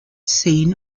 seen